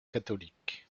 catholique